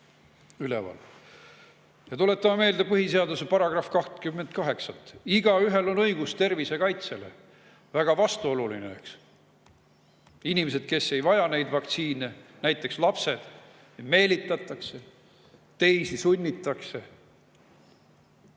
üleval. Tuletame meelde põhiseaduse § 28: igaühel on õigus tervise kaitsele. Väga vastuoluline, eks. Inimesi, kes ei vaja neid vaktsiine, näiteks lapsi, meelitatakse, teisi sunnitakse.